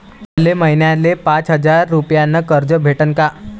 मले महिन्याले पाच हजार रुपयानं कर्ज भेटन का?